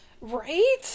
right